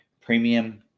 premium